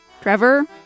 Trevor